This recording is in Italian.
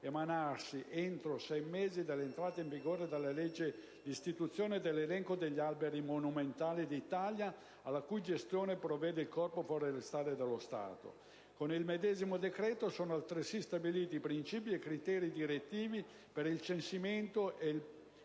emanare entro sei mesi dall'entrata in vigore della legge, l'istituzione dell'elenco degli alberi monumentali d'Italia, alla cui gestione provvede il Corpo forestale dello Stato. Con il medesimo decreto sono altresì stabiliti i principi e i criteri direttivi per il censimento ad